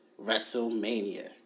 WrestleMania